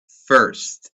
first